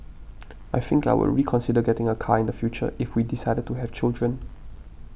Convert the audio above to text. I think I would reconsider getting a car in the future if we decided to have children